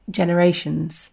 generations